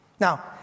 Now